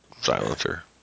Silencer